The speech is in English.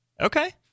Okay